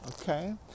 Okay